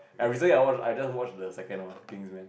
I recently I watch I just watch the second one Kingsman